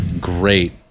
great